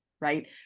right